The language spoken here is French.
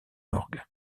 orgue